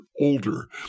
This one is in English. older